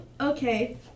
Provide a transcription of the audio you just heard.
okay